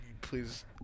please